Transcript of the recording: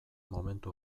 momentu